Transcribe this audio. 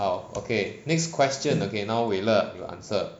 好 okay next question okay now wei le you answer